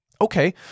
Okay